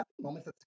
moments